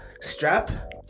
strap